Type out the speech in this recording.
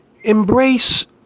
Embrace